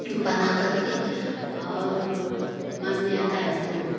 बना कर के और मन में आता है तो